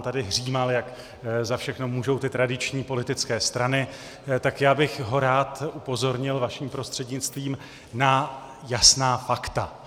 On tady hřímal, jak za všechno můžou ty tradiční politické strany, tak já bych ho rád upozornil vaším prostřednictvím na jasná fakta.